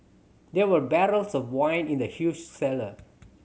there were barrels of wine in the huge cellar